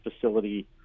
facility